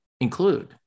include